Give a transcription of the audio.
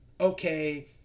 okay